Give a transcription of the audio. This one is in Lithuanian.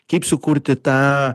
kaip sukurti tą